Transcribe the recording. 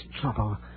trouble